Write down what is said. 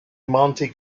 monte